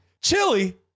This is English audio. Chili